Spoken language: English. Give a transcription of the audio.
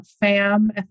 FAM